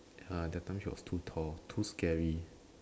ya that time she was too tall too scary